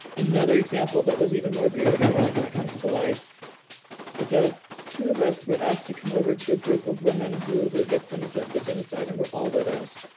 another example that was even more beautiful, that comes to light is that two of us were asked to come over to a group of women who were victims of the genocide, and we're all widows,